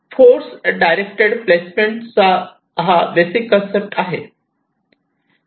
force directed placement चा basic concept आहे